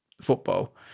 football